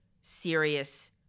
serious